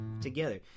together